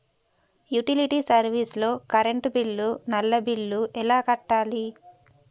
Utility service లో current bill, నల్లా bill ఎలా కట్టాలి?